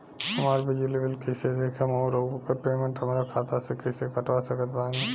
हमार बिजली बिल कईसे देखेमऔर आउर ओकर पेमेंट हमरा खाता से कईसे कटवा सकत बानी?